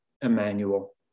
Emmanuel